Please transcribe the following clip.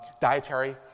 dietary